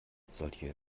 solche